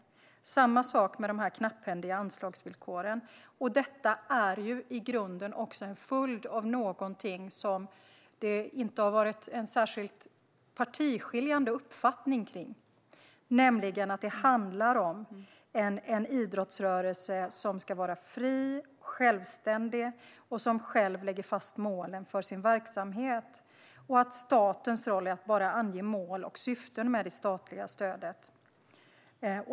Det är samma sak med de knapphändiga anslagsvillkoren, och detta är i grunden en följd av någonting som det inte har rått någon särskilt partiskiljande uppfattning om, nämligen att idrottsrörelsen ska vara fri och självständig och själv slå fast målen för sin verksamhet och att statens roll bara är att ange mål och syften med det statliga stödet.